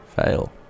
Fail